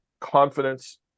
confidence